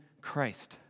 Christ